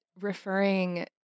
referring